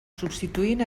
substituint